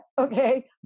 okay